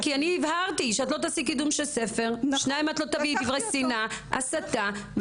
כי הבהרתי שלא תעשי פה קידום של ספר ולא תביעי דברי שנאה או הסתה.